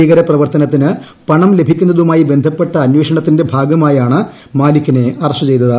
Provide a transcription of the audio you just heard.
ഭീകര പ്രവർത്തനത്തിന് പണം ലഭിക്കുന്നതുമായി ബന്ധപ്പെട്ട അന്വേഷണത്തിന്റെ ഭാഗമായാണ് മാലിക്കിനെ അറസ്റ്റു ചെയ്തത്